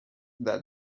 that